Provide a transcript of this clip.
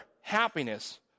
happiness